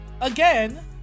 again